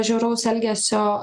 žiauraus elgesio